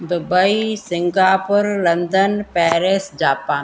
Dubai Singapore London Paris Japan